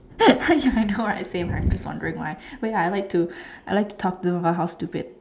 ya I know I'm same I'm just wondering why but ya I like to I like to talk to her house stupid